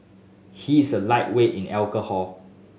he is a lightweight in alcohol